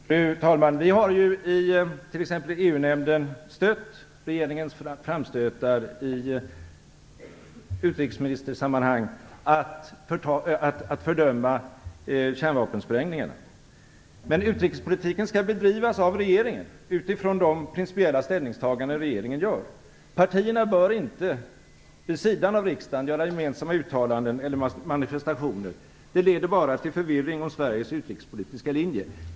Fru talman! Vi har i t.ex. EU-nämnden stött regeringens framstötar i utrikesministersammanhang att fördöma kärnvapensprängningarna. Men utrikespolitiken skall bedrivas av regeringen, utifrån de principiella ställningstaganden denna gör. Partierna bör inte vid sidan av riksdagen göra gemensamma uttalanden eller manifestationer. Det leder bara till förvirring om Sveriges utrikespolitiska linje.